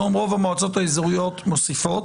היום רוב המועצות האזוריות מוסיפות,